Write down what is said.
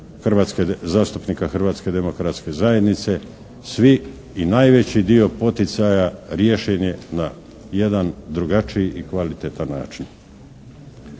Hrvatske, zastupnika Hrvatske demokratske zajednice svi i najveći dio poticaja riješen je na jedan drugačiji i kvalitetan način.